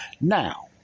Now